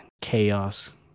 chaos